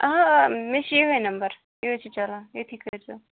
آ آ مےٚ چھُ یِہاے نمبر یُہاے چھُ چلان ییٚتھی کٔر زیٚو